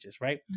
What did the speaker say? right